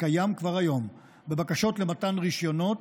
הקיים כבר היום בבקשות למתן רישיונות,